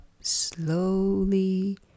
slowly